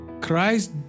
Christ